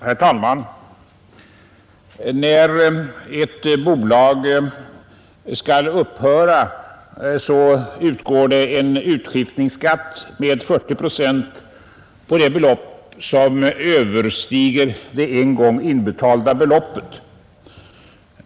Herr talman! När ett bolag skall upphöra utgår det en utskiftningsskatt med 40 procent på det belopp som överstiger det en gång inbetalda beloppet.